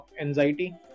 anxiety